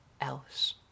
else